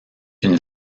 une